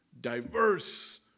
diverse